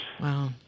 Wow